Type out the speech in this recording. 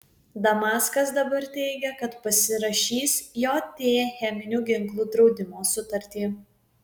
damaskas dabar teigia kad pasirašys jt cheminių ginklų draudimo sutartį